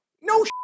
No